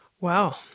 Wow